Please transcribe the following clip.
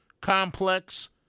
complex